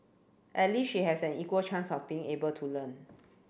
at least she has an equal chance of being able to learn